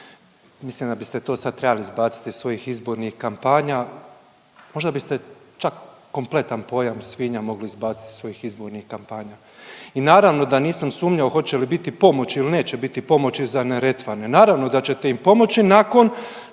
Mislim da biste to sad trebali izbaciti iz svojih izbornih kampanja. Možda biste čak kompletan pojam svinja mogli izbaciti iz svojih izbornih kampanja. I naravno da nisam sumnjao hoće li biti pomoći ili neće biti pomoći za Neretvane. Naravno da ćete im pomoći nakon